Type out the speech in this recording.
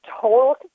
total